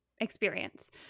experience